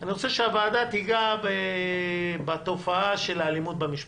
אני רוצה שהוועדה תיגע בתופעה של האלימות במשפחה,